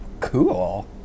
Cool